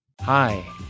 Hi